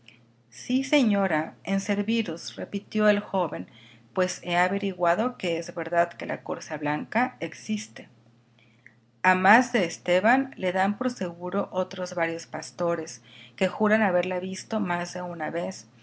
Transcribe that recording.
si señora en serviros repitió el joven pues he averiguado que es verdad que la corza blanca existe a más de esteban le dan por seguro otros varios pastores que juran haberla visto más de una vez